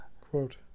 quote